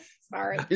Sorry